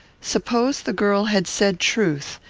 suppose the girl had said truth,